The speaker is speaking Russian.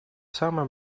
самое